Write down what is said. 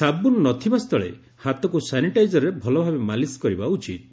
ସାବୁନ ନ ଥିବା ସ୍ଥଳେ ହାତକୁ ସାନିଟାଇଜରରେ ଭଲଭାବେ ମାଲିସ୍ କରିବା ଉଚିତ୍